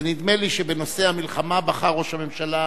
ונדמה לי שבנושא המלחמה בחר ראש הממשלה